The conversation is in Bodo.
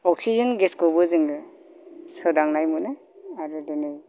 अक्सिजेन गेसखौबो जोङो सोदांनाय मोनो आरो दिनै